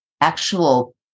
actual